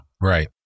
Right